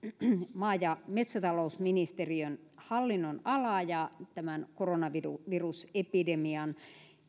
maa ja metsätalousministeriön hallinnonalaa ja tämän koronavirusepidemian